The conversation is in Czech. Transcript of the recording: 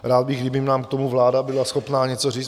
Rád bych, kdyby nám k tomu vláda byla schopna něco říct.